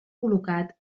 col·locat